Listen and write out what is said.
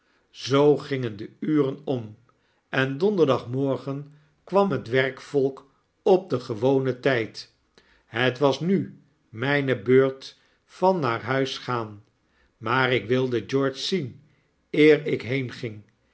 zoo gingen de uren om en donderdagmorgen kwam het werkvolk op den gewonen tijd het was nu mijne beurt van naar huis gaan maar ik wilde george zien eer ik